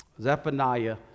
Zephaniah